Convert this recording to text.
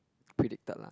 predicted lah